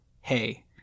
hey